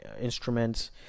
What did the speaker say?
instruments